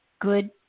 good